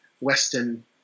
Western